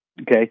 Okay